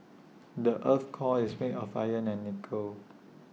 the Earth's core is made of iron and nickel